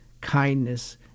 kindness